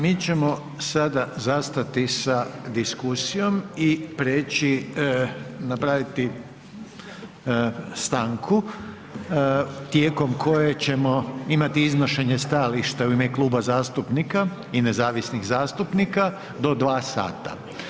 Mi ćemo sada zastati sa diskusijom i napraviti stanku tijekom koje ćemo imati iznošenje stajališta u ime kluba zastupnika i nezavisnih zastupnika do 2 sata.